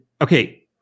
okay